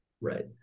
Right